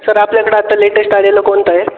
sir आपल्याकडं आत्ता latest आलेलं कोणतं आहे